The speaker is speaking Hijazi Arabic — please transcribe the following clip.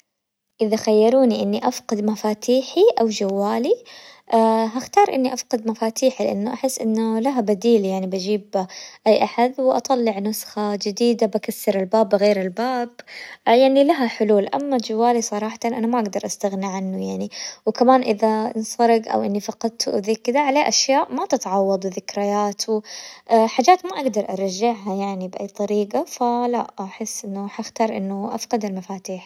اذا خيروني اني افقد مفاتيحي او جوالي حختار اني افقد مفاتيحي، لانه احس انه لها بديل يعني بجيب اي احد واطلع نسخة جديدة، بكسر الباب، بغير الباب يعني لها حلول، اما جوالي صراحة انا ما اقدر استغنى عنه يعني، وكمان اذا انسرق او اني فقدت واذيك كذا عليه اشياء ما تتعوض وذكرياته، حاجات ما اقدر ارجعها يعني باي طريقة، فلا احس انه حختار انه افقد المفاتيح.